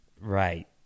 Right